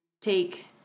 take